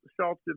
self